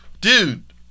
Dude